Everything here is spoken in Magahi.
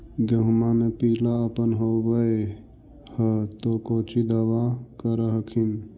गोहुमा मे पिला अपन होबै ह तो कौची दबा कर हखिन?